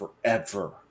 forever